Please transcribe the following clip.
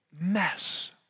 mess